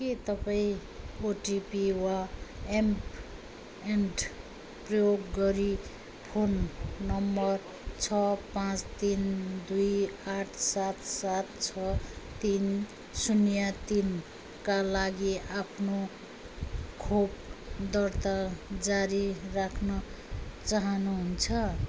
के तपाईँँ ओटिपी वा एम एम्ट प्रयोग गरी फोन नम्बर छ पाँच तिन दुई आठ सात सात छ तिन शून्य तिनका लागि आफ्नो खोप दर्ता जारी राख्न चाहनुहुन्छ